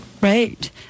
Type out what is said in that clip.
right